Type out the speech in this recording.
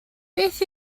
beth